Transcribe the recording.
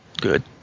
Good